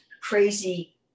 crazy